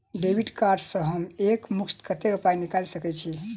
Debit card सँ हम एक मुस्त कत्तेक पाई निकाल सकय छी?